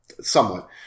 Somewhat